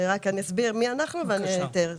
אני אסביר מי אנחנו ואני אתאר לך.